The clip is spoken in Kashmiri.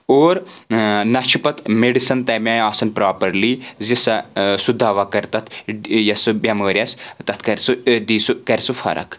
اور نَہ چھُ پتہٕ میڈِسن تَمہِ آیہِ آسان پراپرلی زِ سۄ سُہ دوا کرِ تتھ یۄس سُہ بؠمٲرۍ آسہِ تَتھ کرِ سُہ دی سُہ کرِ سُہ فرق